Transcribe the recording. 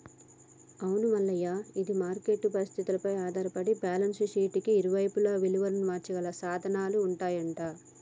అవును మల్లయ్య ఇది మార్కెట్ పరిస్థితులపై ఆధారపడి బ్యాలెన్స్ షీట్ కి ఇరువైపులా విలువను మార్చగల సాధనాలు ఉంటాయంట